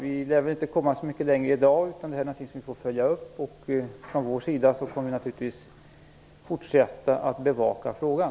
Vi lär inte komma så mycket längre i dag. Detta är något som vi får följa upp. Vi kommer från vår sida naturligtvis att fortsätta att bevaka frågan.